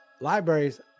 libraries